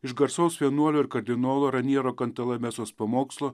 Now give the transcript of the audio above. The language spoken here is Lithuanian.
iš garsaus vienuolio ir kardinolo raniero kantalamesos pamokslo